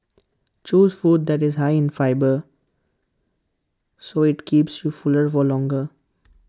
choose food that is high in fibre so IT keeps you fuller for longer